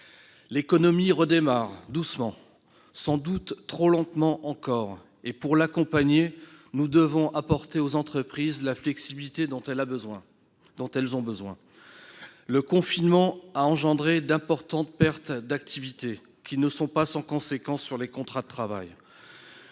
L'économie redémarre doucement, sans doute trop lentement encore et, pour l'accompagner, nous devons apporter aux entreprises la flexibilité dont elles ont besoin. Le confinement a engendré d'importantes pertes d'activités qui ne sont pas sans conséquences sur les contrats de travail.